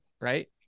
Right